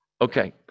Okay